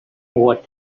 what